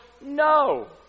No